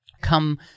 come